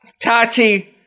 Tati